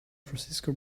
francisco